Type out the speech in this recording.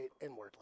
inwardly